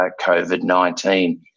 COVID-19